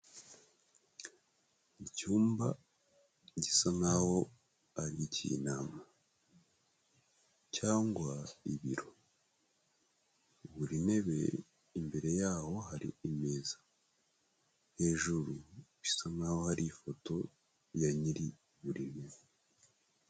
Icyumba gisa naho ari ik'inama cyangwa ibiro, buri ntebe imbere yaho hari imeza, hejuru bisa nkaho hariho ifoto ya nyirivuriro.